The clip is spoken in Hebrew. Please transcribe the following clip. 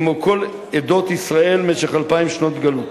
כמו כל עדות ישראל במשך אלפיים שנות גלות.